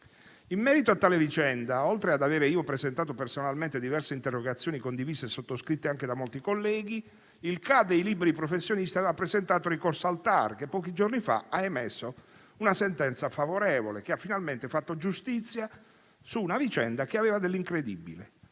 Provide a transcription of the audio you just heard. In merito a tale vicenda, oltre ad avere io presentato personalmente diverse interrogazioni condivise e sottoscritte anche da molti colleghi, il CAA dei liberi professionisti ha presentato ricorso al TAR, che pochi giorni fa ha emesso una sentenza favorevole, che ha finalmente fatto giustizia su una vicenda che aveva dell'incredibile: